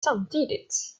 samtidigt